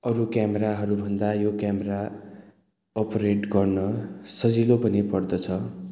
अरू क्यामेराहरू भन्दा यो क्यामेरा ओपरेट गर्न सजिलो पनि पर्दछ